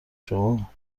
شما